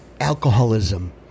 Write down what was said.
alcoholism